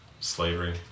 slavery